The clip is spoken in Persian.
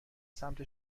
سمت